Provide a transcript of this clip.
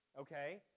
okay